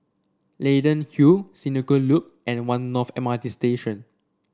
Leyden Hill Senoko Loop and One North M R T Station